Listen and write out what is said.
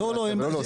ולא להוסיף.